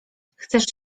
chcesz